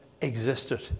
existed